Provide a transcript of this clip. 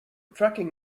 tracking